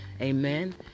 Amen